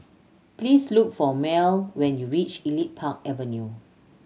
please look for Merle when you reach Elite Park Avenue